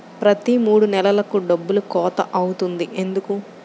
ప్రతి మూడు నెలలకు డబ్బులు కోత అవుతుంది ఎందుకు?